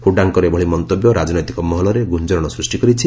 ହୁଡାଙ୍କର ଏଭଳି ମନ୍ତବ୍ୟ ରାଜନୈତିକ ମହଲରେ ଗୁଞ୍ଜରଣ ସୃଷ୍ଟି କରିଛି